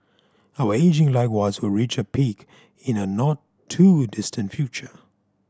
our ageing likewise will reach a peak in a not too distant future